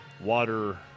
water